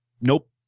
nope